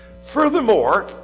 Furthermore